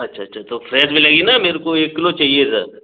अच्छा अच्छा तो फ्रेश मिलेगी ना मेरे को एक किलो चाहिए सर